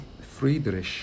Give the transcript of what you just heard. Friedrich